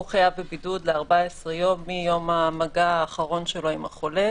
הוא חייב בבידוד ל-14 יום מיום המגע האחרון שלו עם החולה.